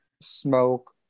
smoke